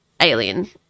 alien